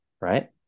right